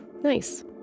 nice